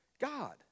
God